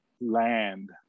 land